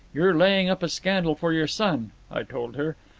you're laying up a scandal for your son i told her,